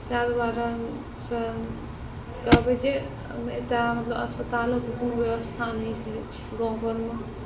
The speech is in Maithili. ताहि दुआरेसँ कहबै जे एकटा मतलब अस्पतालोके कोनो बेबस्था नहि रहै छै गामघरमे